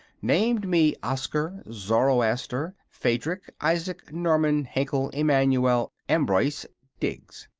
named me oscar zoroaster phadrig isaac norman henkle emmannuel ambroise diggs,